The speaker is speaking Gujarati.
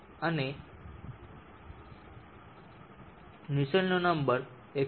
તેથી નુસ્સેલ્ટનો નંબર 112